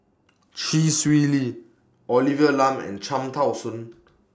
Chee Swee Lee Olivia Lum and Cham Tao Soon